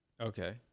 Okay